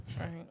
Right